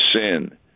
sin